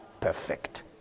perfect